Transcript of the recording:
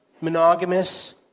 monogamous